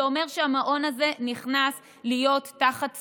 זה אומר שהמעון הזה נכנס להיות תחת סבסוד,